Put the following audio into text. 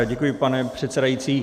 Děkuji, pane předsedající.